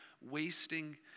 wasting